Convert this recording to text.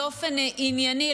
באופן ענייני,